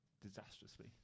Disastrously